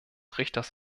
richters